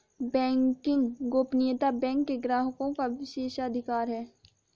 banking गोपनीयता bank के ग्राहकों का विशेषाधिकार है